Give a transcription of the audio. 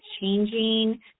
changing